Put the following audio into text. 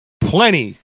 plenty